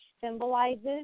symbolizes